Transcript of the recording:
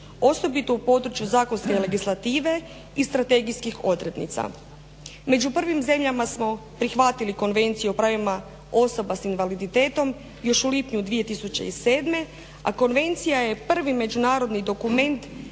osobito u području zakonske legislative i strategijskih odrednica. Među prvim zemljama smo prihvatili Konvenciju o pravima osoba sa invaliditetom još u lipnju 2007. a konvencija je prvi međunarodni dokument